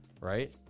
right